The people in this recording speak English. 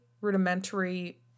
rudimentary